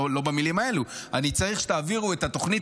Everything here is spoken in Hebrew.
לא במילים האלו: אני צריך שתעבירו את התוכנית